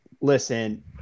listen